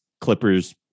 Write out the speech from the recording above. Clippers